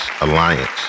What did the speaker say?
Alliance